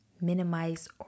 minimize